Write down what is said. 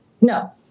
no